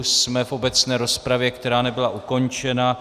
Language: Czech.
Jsme v obecné rozpravě, která nebyla ukončena.